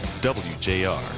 wjr